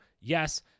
yes